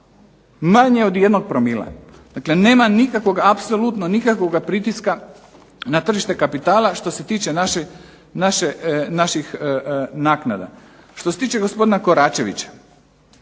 Manje od jednog promila. Dakle, nema nikakvog apsolutno nikakvog pritiska na tržište kapitala što se tiče naših naknada. Što se tiče gospodina Koračevića,